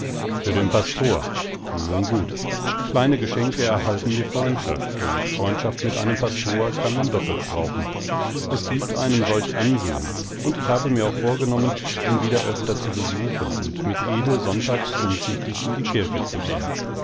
für den pastor nun gut kleine geschenke erhalten die freundschaft und die freundschaft mit einem pastor kann man doppelt brauchen es giebt einem solch ansehen und ich habe mir auch vorgenommen ihn wieder öfter zu besuchen und mit ede sonntags umschichtig in die kirche zu gehen